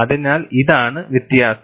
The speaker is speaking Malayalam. അതിനാൽ ഇതാണ് വ്യത്യാസം